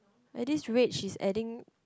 at this rate she's adding